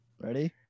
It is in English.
Ready